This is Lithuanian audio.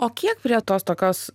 o kiek prie tos tokios